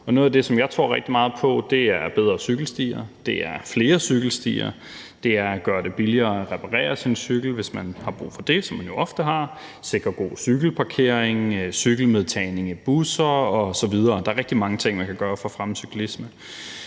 noget af det, som jeg tror rigtig meget på, er bedre cykelstier; det er flere cykelstier; det er at gøre det billigere at få repareret sin cykel, hvis man har brug for det, som man jo ofte har; det er at sikre god cykelparkering, cykelmedtagning i busser osv. Der er rigtig mange ting, man kan gøre for at fremme cyklisme.